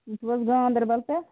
تُہۍ چھِو حظ گانٛدربَل پیٚٹھ